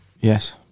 Yes